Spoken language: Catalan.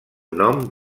nom